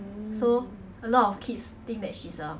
so a lot of kids think she's a